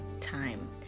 time